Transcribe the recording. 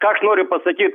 ką aš noriu pasakyt